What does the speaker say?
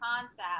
concept